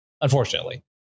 unfortunately